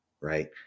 right